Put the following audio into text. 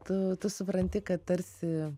tu tu supranti kad tarsi